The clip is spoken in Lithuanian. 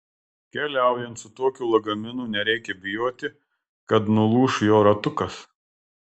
keliaujant su tokiu lagaminu nereikia bijoti kad nulūš jo ratukas